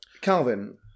Calvin